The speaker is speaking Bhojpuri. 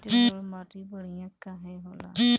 जलोड़ माटी बढ़िया काहे होला?